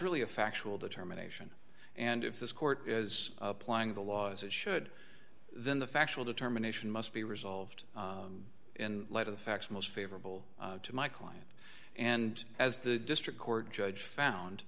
really a factual determination and if this court is applying the law as it should then the factual determination must be resolved in light of the facts most favorable to my client and as the district court judge found